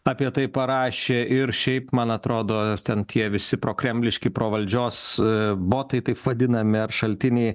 apie tai parašė ir šiaip man atrodo ten tie visi prokremliški pro valdžios botai taip vadinami ar šaltiniai